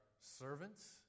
servants